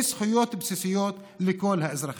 אלה זכויות בסיסיות של כל האזרחים.